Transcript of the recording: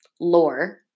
lore